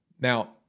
Now